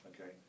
Okay